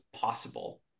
possible